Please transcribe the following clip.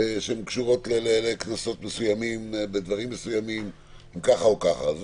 שקשורות לקנסות מסוימים בדברים מסוימים אם ככה או ככה.